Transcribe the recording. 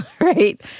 right